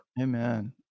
Amen